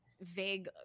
vague